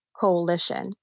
coalition